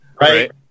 Right